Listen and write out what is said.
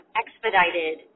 expedited